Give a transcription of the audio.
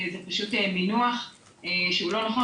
זה פשוט מינוח שהוא לא נכון,